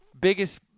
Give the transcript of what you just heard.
Biggest